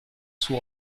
suo